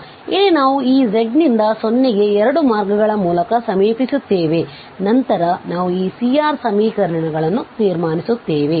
ಆದ್ದರಿಂದ ಇಲ್ಲಿ ನಾವು ಈ z ನಿಂದ 0 ಗೆ 2 ಮಾರ್ಗಗಳ ಮೂಲಕ ಸಮೀಪಿಸುತ್ತೇವೆ ಮತ್ತು ನಂತರ ನಾವು ಆ C R ಸಮೀಕರಣಗಳನ್ನು ತೀರ್ಮಾನಿಸುತ್ತೇವೆ